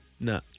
No